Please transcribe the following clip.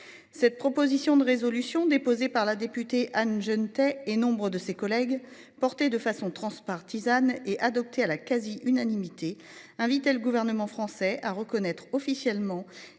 Cette proposition de résolution déposée par la députée Anne Genetet et nombre de ses collègues porter de façon transpartisane est adopté à la quasi-unanimité invité le gouvernement français à reconnaître officiellement